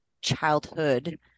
childhood